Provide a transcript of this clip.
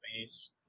face